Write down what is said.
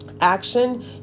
action